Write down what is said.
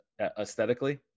aesthetically